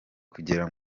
kugera